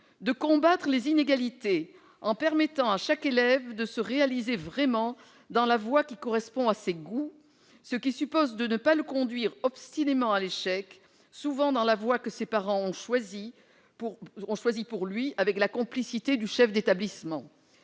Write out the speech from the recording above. De combattre les inégalités, en permettant à chaque élève de se réaliser vraiment dans la voie qui correspond à ses goûts, ce qui suppose de ne pas le conduire obstinément vers l'échec, souvent dans la voie que ses parents ont choisie pour lui, avec la complicité du chef d'établissement.